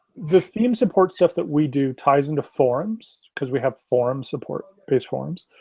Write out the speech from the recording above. the theme support stuff that we do ties into forms, cause we have forum support base forms.